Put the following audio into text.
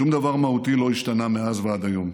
שום דבר מהותי לא השתנה מאז ועד היום.